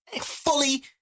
fully